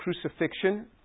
crucifixion